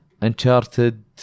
Uncharted